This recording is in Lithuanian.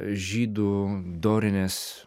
žydų dorinės